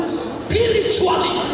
spiritually